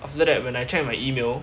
after that when I check my email